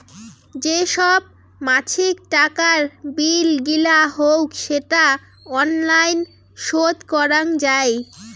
যে সব মাছিক টাকার বিল গিলা হউক সেটা অনলাইন শোধ করাং যাই